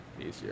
easier